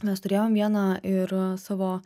mes turėjom vieną ir savo